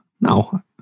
No